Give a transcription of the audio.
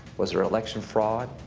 was there election fraud?